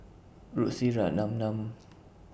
Lucy Ratnammah